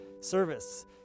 service